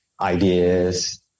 ideas